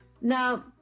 Now